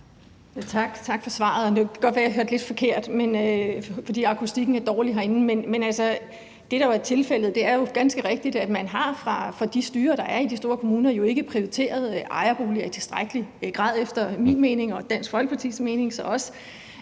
tak for svaret, og det kan godt være, at jeg hørte lidt forkert, fordi akustikken herinde er dårlig. Men det, der er tilfældet, er jo ganske rigtigt, at man i de styrer, der er i de store kommuner, ikke har prioriteret ejerboligerne i tilstrækkelig grad efter min mening og så også Dansk Folkepartis mening.